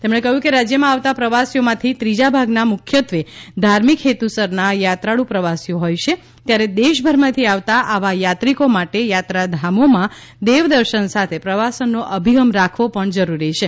તેમણે કહ્યું કે રાજ્યમાં આવતા પ્રવાસીઓમાંથી ત્રીજા ભાગના મુખ્યત્વે ધાર્મિક હેતુસરના યાત્રાળુ પ્રવાસીઓ હોય છે ત્યારે દેશભરમાંથી આવતા આવા યાત્રિકો માટે યાત્રાધામોમાં દેવદર્શન સાથે પ્રવાસનનો અભિગમ રાખવો પણ જરૂરી છે